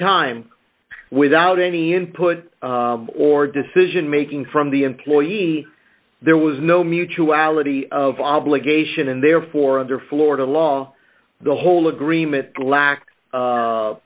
time without any input or decision making from the employee there was no mutuality of obligation and therefore under florida law the whole agreement black